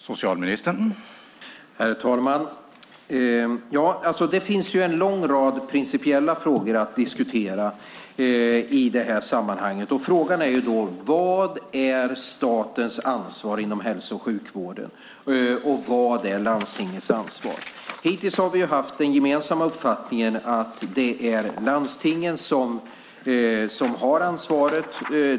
Herr talman! Det finns en lång rad principiella frågor att diskutera i sammanhanget. Vad är statens ansvar inom hälso och sjukvården och vad är landstingens ansvar? Hittills har vi haft den gemensamma uppfattningen att det är landstingen som har ansvaret.